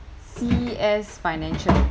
C_S financial